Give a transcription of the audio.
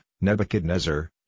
Nebuchadnezzar